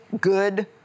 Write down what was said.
good